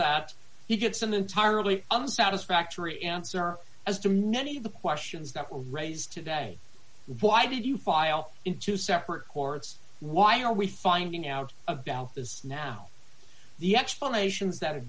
that he gets an entirely un satisfactory answer as to many of the questions that were raised today why did you file in two separate courts why are we finding out about this now the explanations that